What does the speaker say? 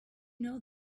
know